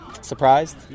surprised